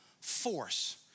force